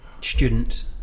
students